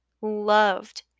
loved